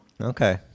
okay